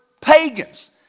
pagans